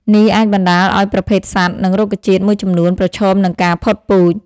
នេះអាចបណ្ដាលឲ្យប្រភេទសត្វ និងរុក្ខជាតិមួយចំនួនប្រឈមនឹងការផុតពូជ។